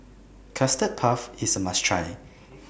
Custard Puff IS A must Try